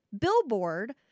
Billboard